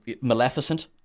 Maleficent